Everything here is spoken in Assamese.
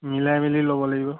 মিলাই মেলি ল'ব লাগিব